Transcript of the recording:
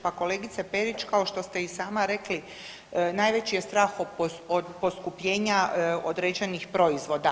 Pa kolegice Perić kao što ste i sama rekli najveći je strah od poskupljenja određenih proizvoda.